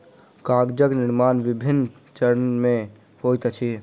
कागजक निर्माण विभिन्न चरण मे होइत अछि